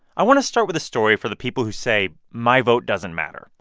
i want to start with a story for the people who say, my vote doesn't matter.